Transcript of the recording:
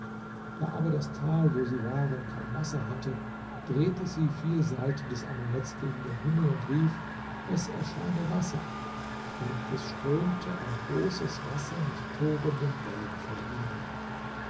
da aber das tal wo sie waren kein wasser hatte drehte sie vier seiten des amuletts gegen den himmel und rief es erscheine wasser und es strömte ein großes wasser mit tobenden wellen vor ihnen